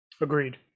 Agreed